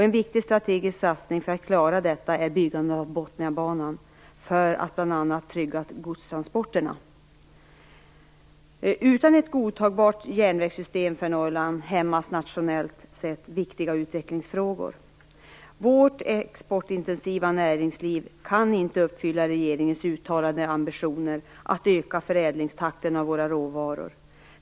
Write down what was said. En viktig strategisk satsning för att klara detta är byggandet av Botniabanan, bl.a. för att trygga godstransporterna. Utan ett godtagbart järnvägssystem för Norrland hämmas nationellt sett viktiga utvecklingsfrågor. Vårt exportintensiva näringsliv kan inte uppfylla regeringens uttalade ambitioner att öka takten i förädlingen av våra råvaror.